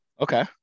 Okay